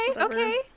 okay